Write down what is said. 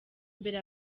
mbere